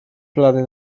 plany